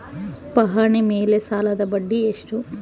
ಪಹಣಿ ಮೇಲೆ ಸಾಲದ ಬಡ್ಡಿ ಎಷ್ಟು?